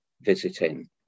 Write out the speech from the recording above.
visiting